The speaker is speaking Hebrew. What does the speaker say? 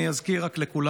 אני רק אזכיר לכולם